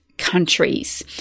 Countries